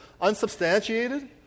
unsubstantiated